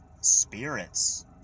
spirits